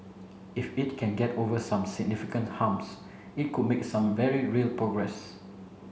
if it can get over some significant humps it could make some very real progress